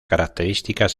características